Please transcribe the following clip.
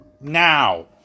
Now